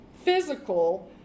physical